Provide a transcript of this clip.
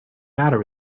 matter